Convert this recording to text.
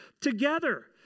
together